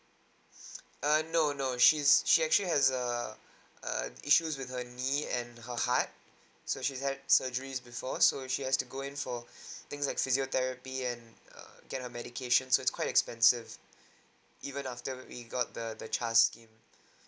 err no no she's she actually has err err issues with her knee and her heart so she's had surgeries before so she has to go in for things like physiotherapy and err get her medication so it's quite expensive even after we got the the child scheme